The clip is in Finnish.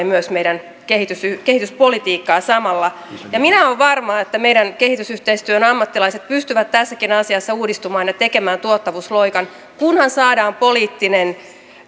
myös meidän kehityspolitiikkaa samalla ja minä olen varma että meidän kehitysyhteistyön ammattilaiset pystyvät tässäkin asiassa uudistumaan ja tekemään tuottavuusloikan kunhan saadaan poliittinen